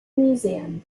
museum